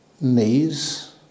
knees